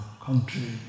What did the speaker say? country